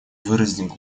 выразить